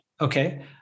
okay